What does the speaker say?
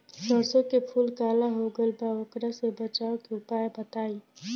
सरसों के फूल काला हो गएल बा वोकरा से बचाव के उपाय बताई?